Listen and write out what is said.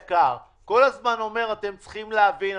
כל הזמן אתה אומר "אתם צריכים להבין".